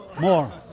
More